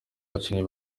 bakinnyi